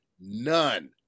none